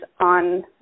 on